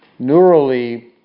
neurally